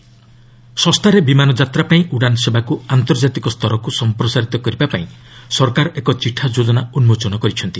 Udan draft ଶସ୍ତାରେ ବିମାନ ଯାତ୍ରା ପାଇଁ ଉଡାନ୍ ସେବାକୁ ଆନ୍ତର୍ଜାତିକ ସ୍ତରକୁ ସମ୍ପ୍ରସାରିତ କରିବାକୁ ସରକାର ଏକ ଚିଠା ଯୋଜନା ଉନ୍କୋଚନ କରିଛନ୍ତି